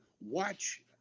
Watch